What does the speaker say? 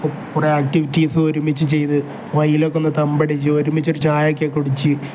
കുറേ ആക്ടിവിറ്റീസ് ഒരുമിച്ച് ചെയ്ത് വഴിയിലൊക്കെ ഒന്ന് തമ്പടിച്ച് ഒരുമിച്ച് ഒരു ചായയൊക്കെ കുടിച്ച്